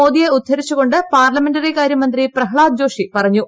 മോദിയെ ഉദ്ധരിച്ചു കൊണ്ട് പാർലമെന്ററികാര്യ മന്ത്രി പ്രഹ്ലാദ് ജോഷി പറഞ്ഞു